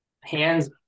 hands